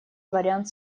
вариант